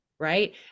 right